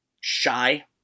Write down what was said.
shy